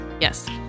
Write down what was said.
Yes